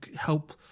help